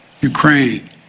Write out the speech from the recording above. Ukraine